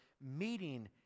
meeting